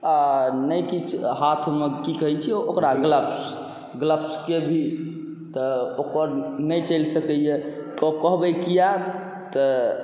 आ नहि किछु हाथमे की कहैत छै ओकरा ग्लव्स ग्लव्सके भी तऽ ओकर नहि चलि सकैए कहबै किया तऽ